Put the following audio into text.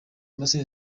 mashini